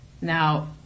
Now